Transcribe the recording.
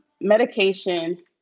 medication